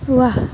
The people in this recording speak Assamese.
ৱাহ